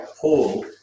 Paul